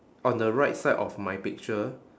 on the right side of my picture